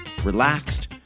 relaxed